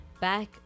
back